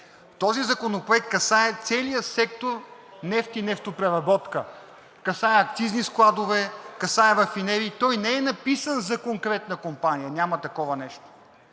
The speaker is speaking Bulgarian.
Този законопроект касае целия сектор нефт и нефтопреработка, касае акцизни складове, касае рафинерии. Той не е написан за конкретна компания. Няма такова нещо.